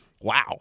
Wow